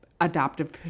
adoptive